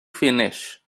finish